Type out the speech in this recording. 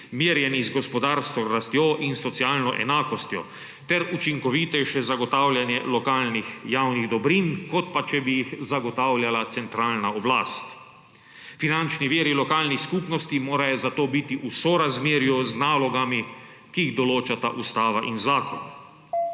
merjenih z gospodarsko rastjo in socialno enakostjo, ter učinkovitejše zagotavljanje lokalnih javnih dobrih, kot pa če bi jih zagotavljala centralna oblast. Finančni viri lokalnih skupnosti morajo zato biti v sorazmerju z nalogami, ki jih določata Ustava in zakon.